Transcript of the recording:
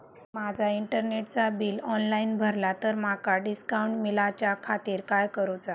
मी माजा इंटरनेटचा bill online भरला तर माका डिस्काउंट मिलाच्या खातीर काय करुचा?